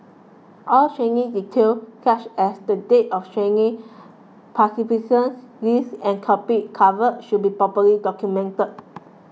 all training details such as the date of training participant list and topics covered should be properly documented